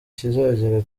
kizagera